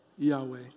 Yahweh